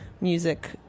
music